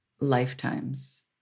lifetimes